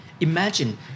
imagine